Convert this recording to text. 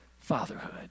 fatherhood